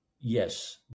yes